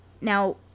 Now